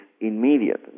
immediate